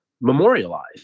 memorialized